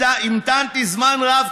המתנתי זמן רב,